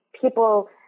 people